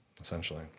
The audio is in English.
essentially